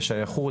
בסדר,